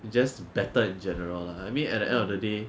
it's just better in general lah I mean at the end of the day